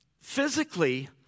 Physically